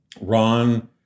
Ron